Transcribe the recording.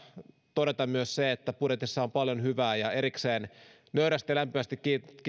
todeta myös se että budjetissa on paljon hyvää ja erikseen nöyrästi ja lämpimästi